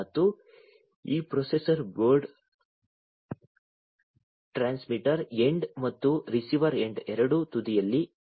ಮತ್ತು ಈ processor board transmitter end ಮತ್ತು ರಿಸೀವರ್ ಎಂಡ್ ಎರಡೂ ತುದಿಗಳಲ್ಲಿ ಅಗತ್ಯವಿದೆ